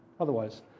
otherwise